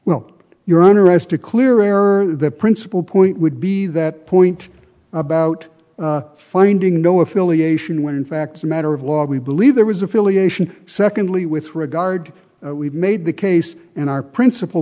well your honor as to clear or the principle point would be that point about finding no affiliation when in fact is a matter of law we believe there was affiliation secondly with regard we've made the case in our princip